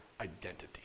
identity